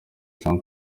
jean